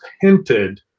hinted